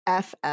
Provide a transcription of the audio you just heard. FF